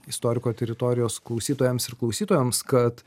istoriko teritorijos klausytojams ir klausytojoms kad